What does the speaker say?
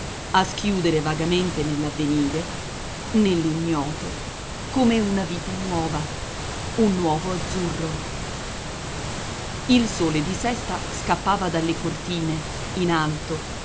a schiudere vagamente nell'avvenire nell'ignoto come una vita nuova un nuovo azzurro il sole di sesta scappava dalle cortine in alto